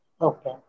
Okay